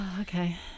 Okay